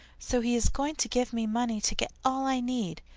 so he is going to give me money to get all i need.